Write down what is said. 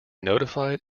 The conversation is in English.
notified